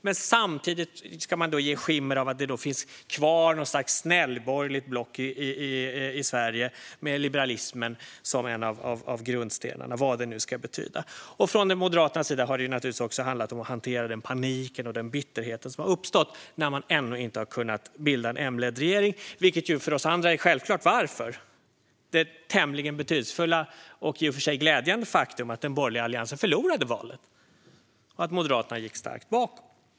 Men samtidigt ska man alltså ge ett skimmer av att det finns ett slags snällborgerligt block i Sverige med liberalismen som en av grundstenarna - vad nu det ska betyda. Från den moderata sidan har det naturligtvis också handlat om att hantera den panik och den bitterhet som har uppstått när man ännu inte har kunnat bilda en M-ledd regering. För oss andra är det självklart varför: det tämligen betydelsefulla och i och för sig glädjande faktumet att den borgerliga alliansen förlorade valet och att Moderaterna gick bakåt.